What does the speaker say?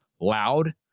loud